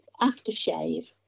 aftershave